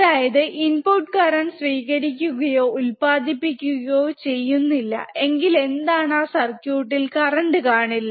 അതായത് input current സ്വീകരിക്കുകയോ ഉൽപാദിപ്പിക്കുകുകയോ ചെയ്യുന്നില്ല എങ്കിൽ എന്താണ് ആ സർക്യൂട്ടിൽ കറന്റ് കാണില്ല